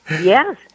Yes